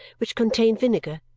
which contained vinegar,